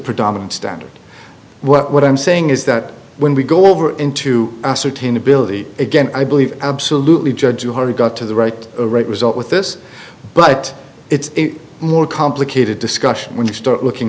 predominant standard what i'm saying is that when we go over into ascertain ability again i believe absolutely judge you hardly got to the right right result with this but it's a more complicated discussion when you start looking